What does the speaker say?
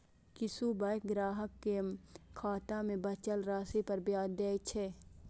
किछु बैंक ग्राहक कें खाता मे बचल राशि पर ब्याज दै छै